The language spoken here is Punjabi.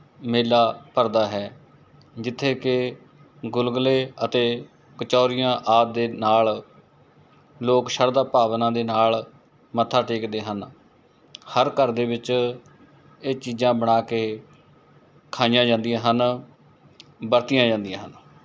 ਮੇਲਾ ਭਰਦਾ ਹੈ ਜਿੱਥੇ ਕਿ ਗੁਲਗੁਲੇ ਅਤੇ ਕਚੋਰੀਆਂ ਆਦਿ ਦੇ ਨਾਲ ਲੋਕ ਸ਼ਰਧਾ ਭਾਵਨਾ ਦੇ ਨਾਲ ਮੱਥਾ ਟੇਕਦੇ ਹਨ ਹਰ ਘਰ ਦੇ ਵਿੱਚ ਇਹ ਚੀਜ਼ਾਂ ਬਣਾ ਕੇ ਖਾਈਆਂ ਜਾਂਦੀਆਂ ਹਨ ਵਰਤੀਆਂ ਜਾਂਦੀਆਂ ਹਨ